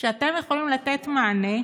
שאתם יכולים לתת מענה,